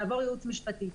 לעבור ייעוץ משפטי.